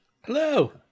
Hello